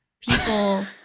people